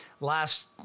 Last